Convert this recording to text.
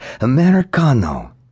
Americano